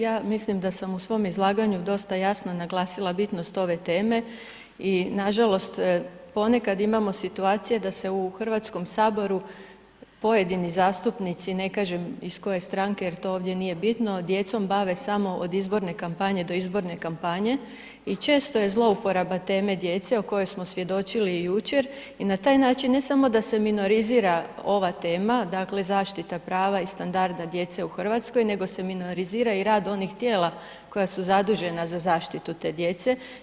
Ja mislim da sam u svom izlaganju dosta jasno naglasila bitnost ove teme i nažalost, ponekad imamo situacije da se u HS pojedini zastupnici, ne kažem iz koje stranke jer to ovdje nije bitno, djecom bave samo od izborne kampanje do izborne kampanje i često je zlouporaba teme djece o kojoj smo svjedočili jučer i na taj način, ne samo da se minorizira ova tema, dakle, zaštita prava i standarda djece u RH, nego se minorizira i rad onih tijela koja su zadužena za zaštitu te djece.